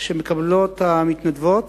שמקבלות המתנדבות,